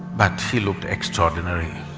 but he looked extraordinary,